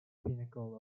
pinnacle